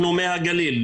אנחנו למי הגליל.